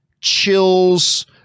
chills